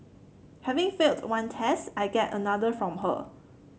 having failed one test I get another from her